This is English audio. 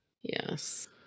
Yes